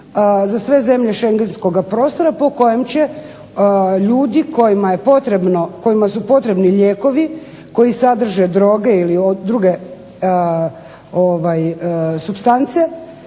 za sve zemlje Shengenskoga prostora po kojem će ljudi kojima je potrebno kojima su potrebni lijekovi koji sadrže droge ili druge supstance,